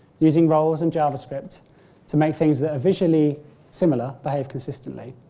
using rolls and javascript to make things that are visually similar behave consistently,